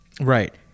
Right